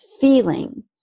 feeling